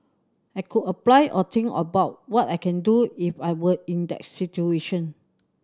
I could apply or think about what I can do if I were in that situation